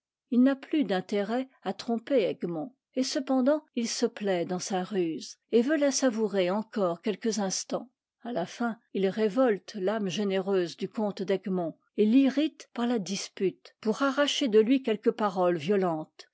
tt n'a plus d'intérêt à tromper egmont et cependant il se plaît dans sa ruse et veut la savourer encore quelques instants à la fin il révolte l'âme généreuse du comte d'egmont et l'irrite par la dispute pour arracher de lui quelques paroles violentes